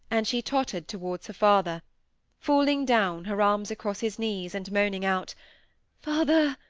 and she tottered towards her father falling down, her arms across his knees, and moaning out father,